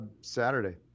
Saturday